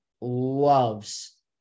loves